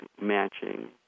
matching